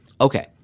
Okay